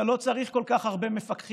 אתה לא צריך כל כך הרבה מפקחים,